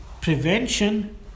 prevention